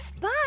Bye